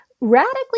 radically